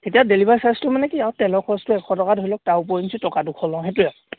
এতিয়া ডেলভাৰী চাৰ্জটো মানে কি আৰু তেলৰ খৰচটো এশ টকা ধৰি লওক উপৰিঞ্চি টকা দুশ লওঁ সেইটোৱে আৰু